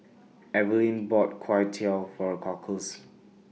Eveline bought Kway Teow For Cockles